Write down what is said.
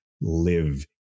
live